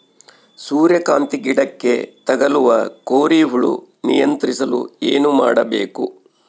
ಸೂರ್ಯಕಾಂತಿ ಗಿಡಕ್ಕೆ ತಗುಲುವ ಕೋರಿ ಹುಳು ನಿಯಂತ್ರಿಸಲು ಏನು ಮಾಡಬೇಕು?